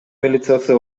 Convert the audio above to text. милициясы